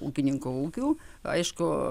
ūkininko ūkių aišku